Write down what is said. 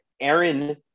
Aaron